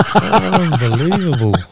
unbelievable